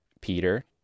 Peter